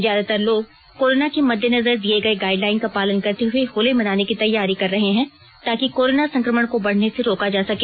ज्यादातर लोग कोरोना के मददेनजर दिए गये गाईड लाईन का पालन करते हुए होली मनाने की तैयारी कर रहे हैं ताकि कोरोना संकमण को बढने से रोका जा सके